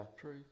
true